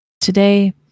Today